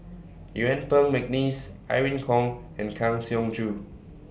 Yuen Peng Mcneice Irene Khong and Kang Siong Joo